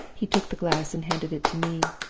he took the glass and handed it to me.